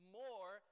more